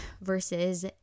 versus